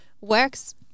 works